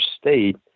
state